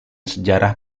sejarah